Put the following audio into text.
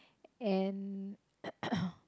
and